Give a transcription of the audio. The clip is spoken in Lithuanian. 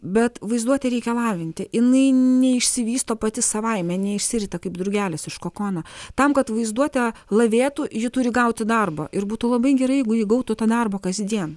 bet vaizduotę reikia lavinti jinai neišsivysto pati savaime neišsirita kaip drugelis iš kokono tam kad vaizduotę lavėtų ji turi gauti darbą ir būtų labai gerai jeigu ji gautų tą darbo kasdien